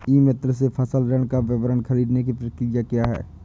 ई मित्र से फसल ऋण का विवरण ख़रीदने की प्रक्रिया क्या है?